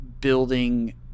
building